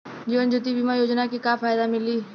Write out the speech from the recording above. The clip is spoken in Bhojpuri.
जीवन ज्योति बीमा योजना के का फायदा मिली?